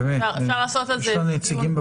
אפשר לעשות על זה דיון נפרד.